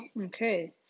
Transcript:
Okay